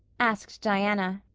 asked diana.